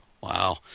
Wow